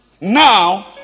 Now